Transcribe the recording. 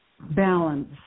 balance